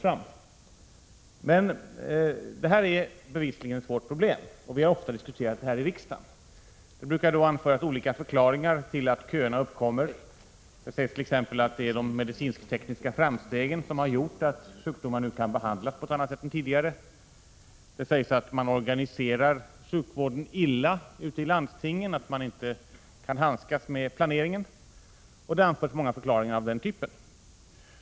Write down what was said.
61 Väntetiderna är bevisligen ett svårt problem, och vi har diskuterat det här i 12 november 1986 riksdagen. Det brukar då anföras olika förklaringar till att köerna uppkom mer. Det sägst.ex. att det är de medicinsk-tekniska framstegen som har gjort att sjukdomar nu kan behandlas på ett annat sätt än tidigare. Det sägs att man organiserar sjukvården illa ute i landstingen, att man inte kan handskas med planeringen. Det har anförts många förklaringar av den typen.